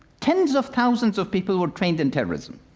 tens of thousands of people were trained in terrorism